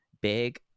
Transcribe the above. big